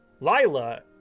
Lila